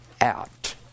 out